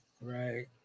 right